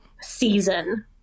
Season